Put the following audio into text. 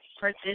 purchase